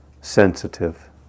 sensitive